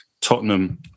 Tottenham